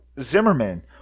Zimmerman